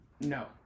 No